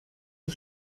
ich